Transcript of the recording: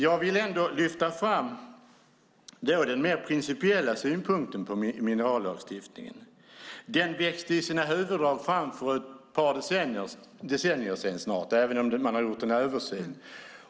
Jag vill lyfta fram den mer principiella synpunkten på minerallagstiftningen. Den växte i sina huvuddrag fram för snart ett par decennier sedan, även om man har gjort en översyn.